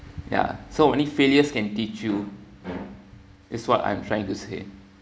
ya so only failures can teach you this is what I'm trying to say